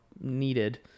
needed